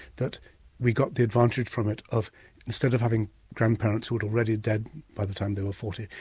that we got the advantage from it of instead of having grandparents who were already dead by the time they were forty,